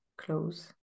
close